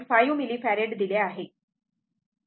5 millifarad दिले आहे